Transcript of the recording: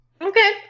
Okay